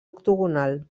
octogonal